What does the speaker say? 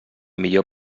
millor